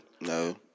No